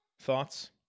thoughts